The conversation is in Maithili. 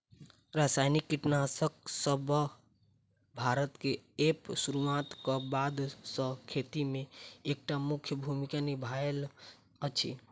रासायनिक कीटनासकसब भारत मे अप्पन सुरुआत क बाद सँ खेती मे एक टा मुख्य भूमिका निभायल अछि